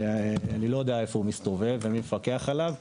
אני לא יודע איפה הוא מסתובב ומי מפקח עליו.